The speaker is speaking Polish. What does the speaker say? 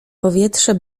powietrze